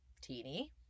Teeny